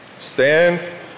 Stand